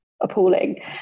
appalling